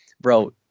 Bro